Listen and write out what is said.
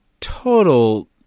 total